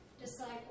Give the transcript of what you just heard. disciple